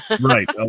Right